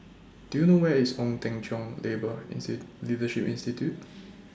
Do YOU know Where IS Ong Teng Cheong Labour inside Leadership Institute